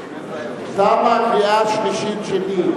תמה הקריאה השלישית שלי,